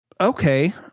okay